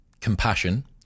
compassion